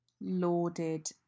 lauded